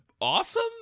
awesome